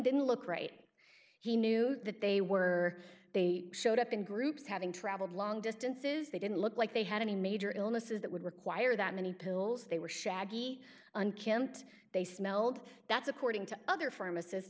didn't look right he knew that they were they showed up in groups having traveled long distances they didn't look like they had any major illnesses that would require that many pills they were shaggy unkempt they smelled that's according to other pharmacist